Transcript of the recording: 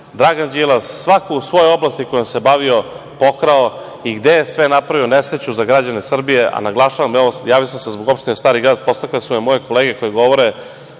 Dragan Đilas, svako u svojoj oblasti kojom se bavio, pokrali i gde su sve napravili nesreću za građane Srbije, a naglašavam…Javio sam se zbog opštine Stari grad. Podstakle su me moje kolege koje govore